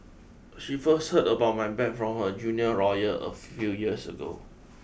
she first heard about my bad from her junior lawyer a few years ago